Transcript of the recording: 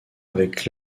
avec